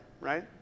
right